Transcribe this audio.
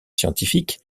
scientifique